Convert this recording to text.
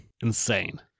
insane